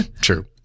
True